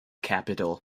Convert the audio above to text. capital